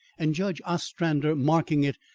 and judge ostrander marking it,